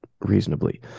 reasonably